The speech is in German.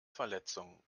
verletzung